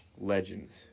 Legends